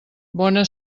bona